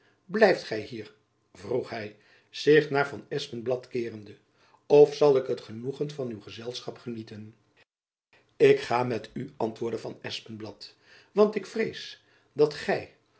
gy hier vroeg hy zich naar van espenblad keerende of zal ik het genoegen van uw gezelschap genieten ik ga met u antwoordde van espenblad want ik vrees dat gy